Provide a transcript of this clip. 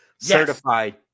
Certified